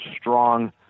strong